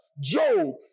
Job